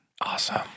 Awesome